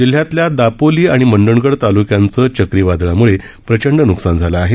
जिल्ह्यातल्या दापोली आणि मंडणगड ताल्क्यांचं चक्रीवादळाम्ळं प्रचंड न्कसान झालं आहे